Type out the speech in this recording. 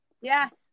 Yes